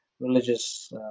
religious